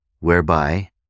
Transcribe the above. whereby